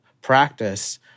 practice